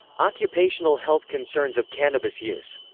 occupational health concerns of cannabis use